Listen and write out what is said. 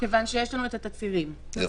כיוון שיש לנו את התצהירים, נכון.